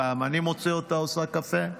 פעם אני מוצא אותה עושה קפה.